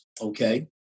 okay